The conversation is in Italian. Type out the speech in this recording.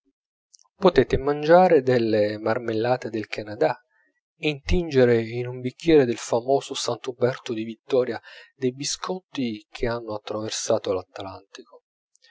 potete mangiare della marmellata del canadà e intingere in un bicchiere del famoso sant'uberto di vittoria dei biscotti che hanno attraversato l'atlantico